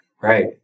Right